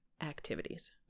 activities